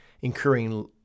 incurring